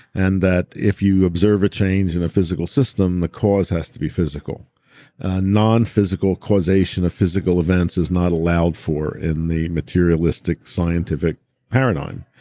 and that if you observe a change in a physical system the cause has to be physical a non-physical causation of physical events is not allowed for in the materialistic scientific paradigm,